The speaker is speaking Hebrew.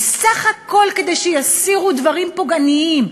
בסך הכול כדי שיסירו דברים פוגעניים,